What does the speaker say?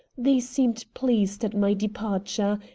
they seemed pleased at my departure,